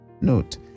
Note